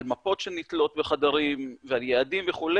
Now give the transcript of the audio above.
על מפות שנתלות בחדרים ועל יעדים וכו',